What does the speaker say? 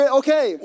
okay